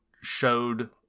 showed